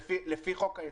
לפי חוק היסוד.